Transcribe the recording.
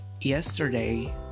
yesterday